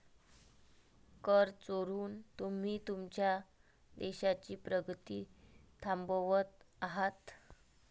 कर चोरून तुम्ही तुमच्या देशाची प्रगती थांबवत आहात